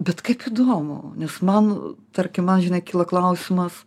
bet kaip įdomu nes man tarkim man žinai kyla klausimas